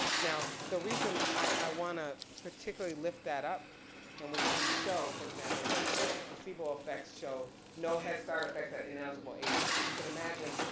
now the reason i wanna particularly lift that up and we we show for example, that the placebo effects show no headstart effects at ineligible ages. so you could imagine,